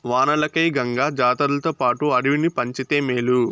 వానలకై గంగ జాతర్లతోపాటు అడవిని పంచితే మేలు